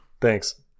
Thanks